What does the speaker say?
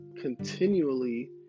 continually